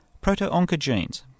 Proto-oncogenes